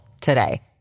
today